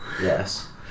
Yes